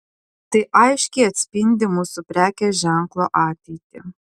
tai aiškiai atspindi mūsų prekės ženklo ateitį